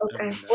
Okay